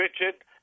Richard